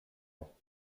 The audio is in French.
ans